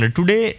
Today